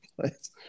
place